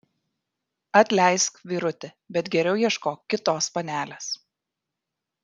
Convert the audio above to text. atleisk vyruti bet geriau ieškok kitos panelės